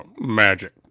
magic